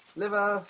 liver?